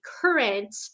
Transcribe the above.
current